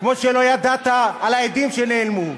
כמו שלא ידעת על העדים שנעלמו.